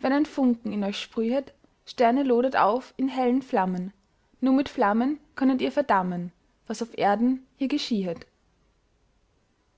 wenn ein funken in euch sprühet sterne lodert auf in hellen flammen nur mit flammen könnet ihr verdammen was auf erden hier geschiehet